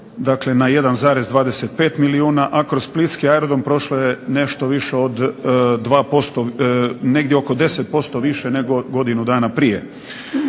dakle na 1,25 milijuna a kroz Splitski aerodrom prošlo je nešto više od 2% negdje oko 10% više nego godinu dana prije.